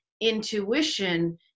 intuition